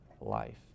life